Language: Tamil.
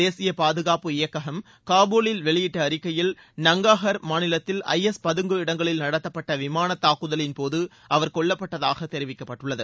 தேசிய பாதுகாப்பு இயக்ககம் காபூலில் வெளியிட்ட அறிக்கையில் நங்காஹர் மாநிலத்தில் ஐஎஸ் பதுங்கு இடங்களில் நடத்தப்பட்ட விமான தாக்குதலின்போது அவர் கொல்லப்பட்டதாக தெரிவிக்கப்பட்டுள்ளது